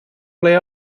ple